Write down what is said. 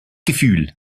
gefühl